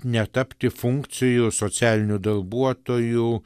netapti funkcijų socialinių darbuotojų